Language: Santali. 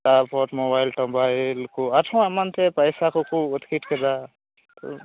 ᱛᱟᱯᱚᱨ ᱢᱳᱵᱟᱭᱤᱞ ᱴᱳᱵᱟᱭᱤᱞ ᱠᱚ ᱟᱪᱪᱷᱟ ᱮᱢᱟᱱ ᱛᱮᱭᱟᱜ ᱯᱚᱭᱥᱟ ᱠᱚ ᱟᱹᱛᱠᱤᱨ ᱠᱮᱫᱟ